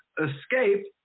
escape